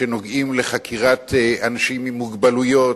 שנוגעים לחקירת אנשים עם מוגבלויות,